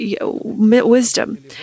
wisdom